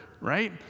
right